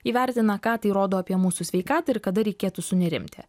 įvertina ką tai rodo apie mūsų sveikatą ir kada reikėtų sunerimti